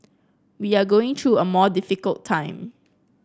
we are going through a more difficult time